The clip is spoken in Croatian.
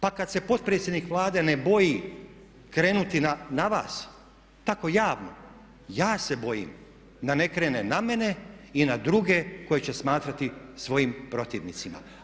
Pa kad se potpredsjednik Vlade ne boji krenuti na vas tako javno, ja se bojim da ne krene na mene i na druge koje će smatrati svojim protivnicima.